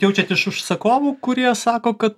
jaučiat iš užsakovų kurie sako kad